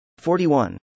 41